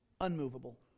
unmovable